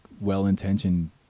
well-intentioned